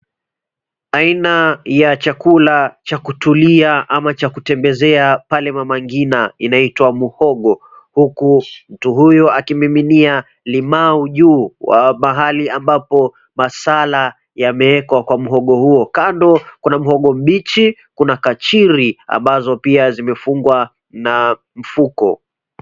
Aina ya chakula cha kutulia ama cha kutembezea pale Nama Ngina inaitwa muhogo. Huku mtu huyu akimiminia limau juu wa mahali ambapo masala yameekwa kwa muhogo huo. Kando kuna muhogo bichi, kuna kachiri ambazo pia zimefugwa na mfuko.